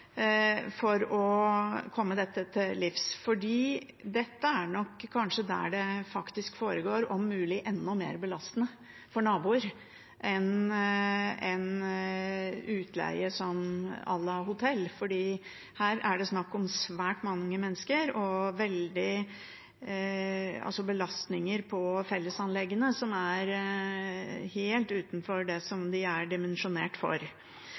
for å komme dette til livs. Det er kanskje der det, om mulig, er enda mer belastende for naboer enn utleie à la hotell, for her er det snakk om svært mange mennesker og belastninger på fellesanleggene som er helt utenfor det som de er dimensjonert for.